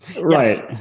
right